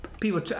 people